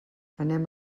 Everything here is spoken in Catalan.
anem